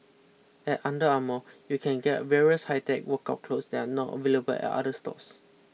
at Under Armour you can get various high tech workout clothes that are not available at other stores